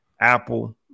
Apple